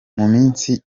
minsi